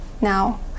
now